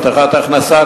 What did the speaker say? הבטחת הכנסה,